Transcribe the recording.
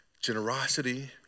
generosity